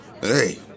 hey